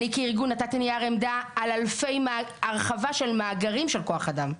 אני כארגון נתתי נייר עמדה על אלפי הרחבה של מאגרים של כוח אדם.